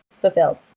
fulfilled